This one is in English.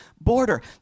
border